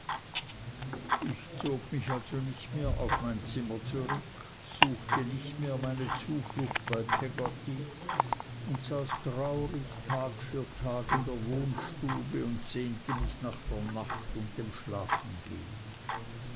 ich zog mich also nicht mehr auf mein zimmer zurück suchte nicht mehr meine zuflucht bei peggotty und saß traurig tag für tag in der wohnstube und sehnte mich nach der nacht und dem schlafengehen